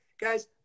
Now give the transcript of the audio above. guys